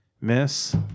miss